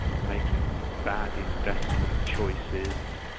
making bad investment choices,